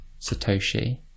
satoshi